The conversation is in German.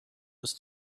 ist